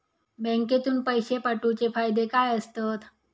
बँकेतून पैशे पाठवूचे फायदे काय असतत?